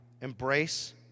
Embrace